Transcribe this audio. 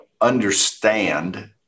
understand